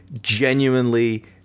genuinely